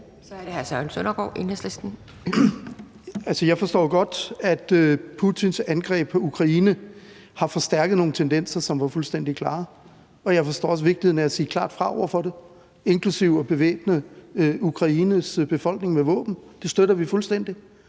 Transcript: Jeg forstår godt, at Putins angreb på Ukraine har forstærket nogle tendenser, som var fuldstændig klare, og jeg forstår også vigtigheden af at sige klart fra over for det, inklusive at udstyre Ukraines befolkning med våben. Det støtter vi fuldstændig.